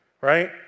Right